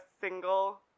single